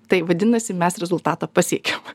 tai vadinasi mes rezultatą pasiekėm